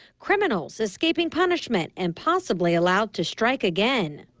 criminals escaping punishment and possibly allowed to strike again.